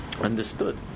understood